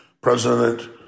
President